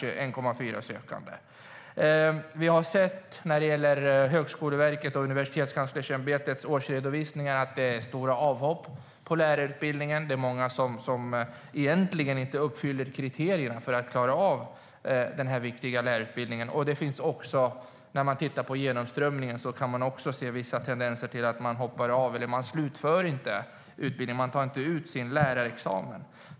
Enligt Högskoleverkets och Universitetskanslersämbetets årsredovisningar har det varit stora avhopp. Det är många som egentligen inte uppfyller kriterierna för att klara av den viktiga lärarutbildningen. Det finns också vissa tendenser i genomströmningen till att studenterna hoppar av eller att de inte slutför utbildningen. De tar inte ut sin lärarexamen.